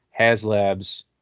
Haslabs